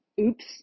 Oops